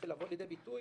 צריך לבוא לידי ביטוי,